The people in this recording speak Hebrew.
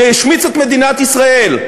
והשמיץ את מדינת ישראל,